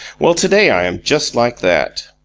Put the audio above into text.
well, today i am just like that.